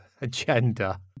agenda